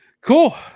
Cool